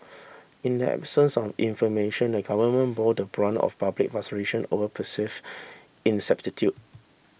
in the absence of information the government bore the brunt of public frustration over perceive ineptitude